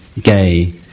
gay